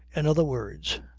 in other words,